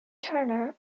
turner